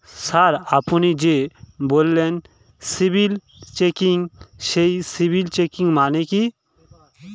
Sir আপনি যে বললেন সিবিল চেকিং সেই সিবিল চেকিং মানে কি?